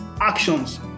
actions